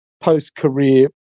post-career